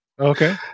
Okay